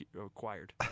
acquired